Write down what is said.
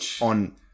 on